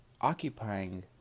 Occupying